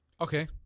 Okay